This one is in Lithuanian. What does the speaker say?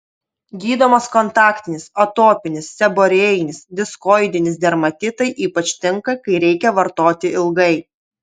gydomas kontaktinis atopinis seborėjinis diskoidinis dermatitai ypač tinka kai reikia vartoti ilgai